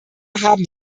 haben